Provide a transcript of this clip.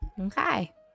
Okay